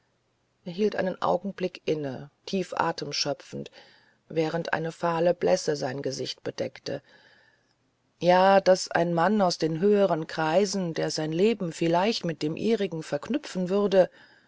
hielt einen augenblick inne tief atem schöpfend während eine fahle blässe sein gesicht bedeckte ja daß ein mann aus den höheren kreisen der sein leben vielleicht mit dem ihrigen verknüpfen würde